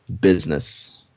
business